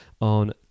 on